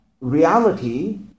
reality